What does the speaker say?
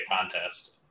contest